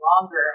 longer